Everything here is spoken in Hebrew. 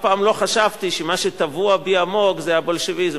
פעם לא חשבתי שמה שטבוע בי עמוק זה הבולשביזם.